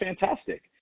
fantastic